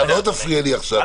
אל תפריע לי עכשיו.